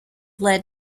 led